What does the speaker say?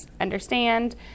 understand